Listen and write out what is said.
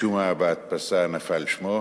משום מה בהדפסה נפל שמו.